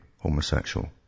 homosexual